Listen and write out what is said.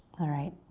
alright.